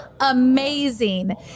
amazing